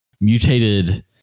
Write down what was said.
mutated